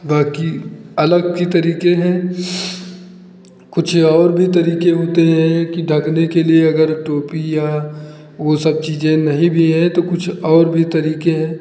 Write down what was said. बाकी अलग की तरीके हैं कुछ और भी तरीके होते हैं कि ढकने के लिए अगर टोपी या वो सब चीज़ें नहीं भी हैं तो कुछ और भी तरीके हैं